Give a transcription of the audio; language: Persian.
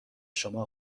شما